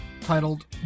titled